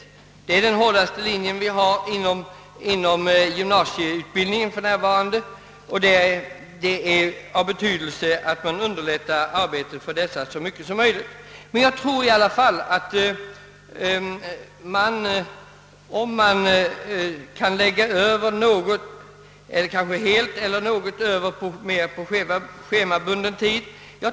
Linjen är den hårdaste inom gymnasieutbildningen för närvarande, och det är angeläget att underlätta arbetet för dessa studerande så mycket som möjligt. Jag tror emellertid fortfarande att det är värdefullt om praktiken helt eller delvis kan förläggas till scehemabunden tid.